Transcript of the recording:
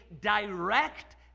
direct